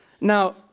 Now